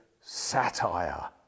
satire